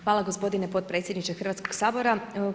Hvala gospodine potpredsjedniče Hrvatskog sabora.